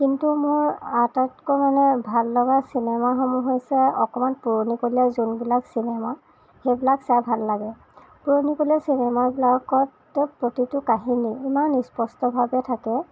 কিন্তু মোৰ আটাইতকৈ মানে ভাল লগা চিনেমাসমূহ হৈছে অকণমান পুৰণিকলীয়া যোনবিলাক চিনেমা সেইবিলাক চাই ভাল লাগে পুৰণিকলীয়া চিনেমাবিলাকত প্ৰতিটো কাহিনী ইমান স্পষ্টভাৱে থাকে